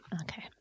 Okay